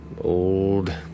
old